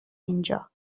اینجا